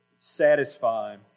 satisfying